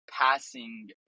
passing